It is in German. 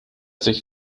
sich